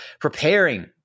preparing